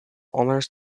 honors